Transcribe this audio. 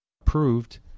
approved